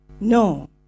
No